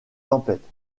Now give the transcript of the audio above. tempête